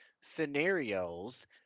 scenarios